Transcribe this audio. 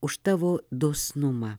už tavo dosnumą